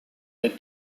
the